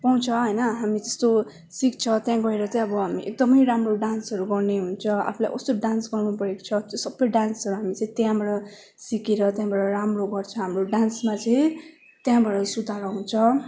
पाउँछ होइन हामी जस्तो सिक्छ त्यहाँ गएर चाहिँ अब हामी एकदमै राम्रो डान्सहरू गर्ने हुन्छ आफूलाई कस्तो डान्स गर्नु मन परेको छ त्यो सबै डान्सहरू हामी चाहिँ त्यहाँबाट सिकेर त्यहाँबाट राम्रो गर्छ हाम्रो डान्समा चाहिँ त्यहाँबाट सुधार आउँछ